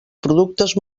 productes